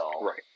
Right